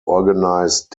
organise